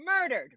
murdered